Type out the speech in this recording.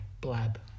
Blab